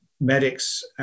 medics